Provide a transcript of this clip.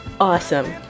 awesome